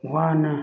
ꯋꯥꯅ